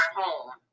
home